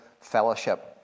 Fellowship